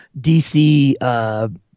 DC